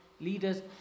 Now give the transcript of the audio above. leaders